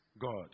God